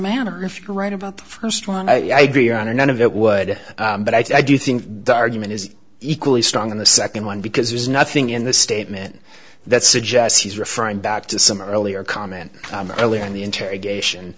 manner if you're right about the first one i agree on or none of it would but i do think the argument is equally strong on the second one because there's nothing in the statement that suggests he's referring back to some earlier comment earlier in the interrogation